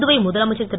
புதுவை முதலமைச்சர் திரு